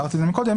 והערתי זאת קודם,